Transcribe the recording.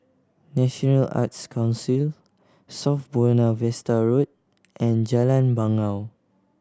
National Arts Council South Buona Vista Road and Jalan Bangau